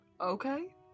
okay